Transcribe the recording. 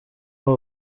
n’u